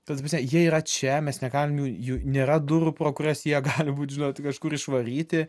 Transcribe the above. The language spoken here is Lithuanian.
kas jie yra čia mes negalim jų jų nėra durų pro kurias jie gali būti žinot kažkur išvaryti